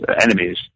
enemies